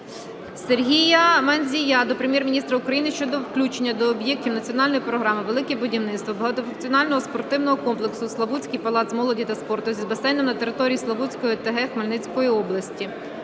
Сергія Мандзія до Прем'єр-міністра України щодо включення до об'єктів національної програми "Велике будівництво" багатофункціонального спортивного комплексу Славутський палац молоді та спорту з басейном на території Славутської ОТГ Хмельницької області.